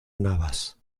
navas